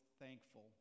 thankful